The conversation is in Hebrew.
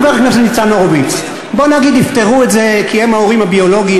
חבר הכנסת ניצן הורוביץ: בוא נגיד יפתרו את זה כי הם ההורים הביולוגיים,